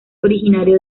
originario